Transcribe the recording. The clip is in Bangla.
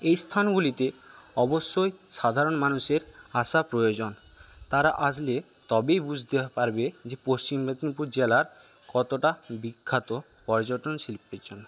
এই স্থানগুলিতে অবশ্যই সাধারণ মানুষের আসা প্রয়োজন তারা আসলে তবেই বুঝতে পারবে যে পশ্চিম মেদনীপুর জেলা কতটা বিখ্যাত পর্যটন শিল্পের জন্য